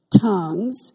tongues